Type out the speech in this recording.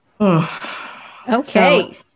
Okay